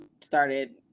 started